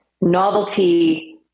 novelty